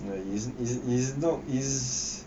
the isn't isn't is not is